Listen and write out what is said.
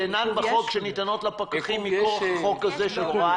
ואני מדב רעל הסמכויות שאינו בחוק שניתנות לפקחים מכוח הוראת השעה.